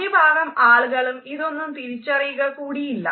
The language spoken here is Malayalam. ഭൂരിഭാഗം ആളുകളും ഇതൊന്നും തിരിച്ചറിയുക കൂടിയില്ല